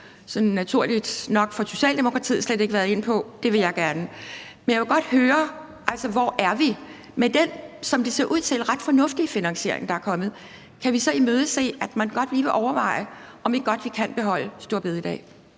naturligt nok for Socialdemokratiet – slet ikke været inde på; det vil jeg gerne. Men jeg vil godt høre: Hvor er vi? Og kan vi med den, som det ser ud til, ret fornuftige finansiering, der er kommet, så imødese, at man godt lige vil overveje, om vi ikke kan beholde store bededag?